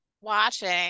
watching